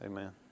Amen